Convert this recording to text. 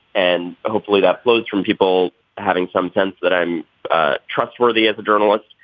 and hopefully that flows from people having some sense that i'm trustworthy as a journalist.